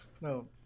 No